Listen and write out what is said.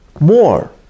more